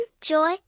Joy